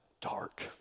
dark